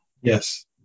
Yes